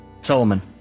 Solomon